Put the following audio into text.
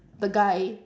the guy